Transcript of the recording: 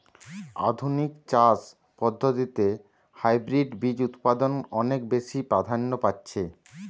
আধুনিক চাষ পদ্ধতিতে হাইব্রিড বীজ উৎপাদন অনেক বেশী প্রাধান্য পাচ্ছে